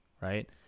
right